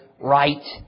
right